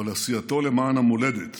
אבל עשייתו למען המולדת